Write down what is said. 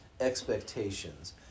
expectations